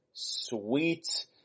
Sweet